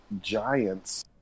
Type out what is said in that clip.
giants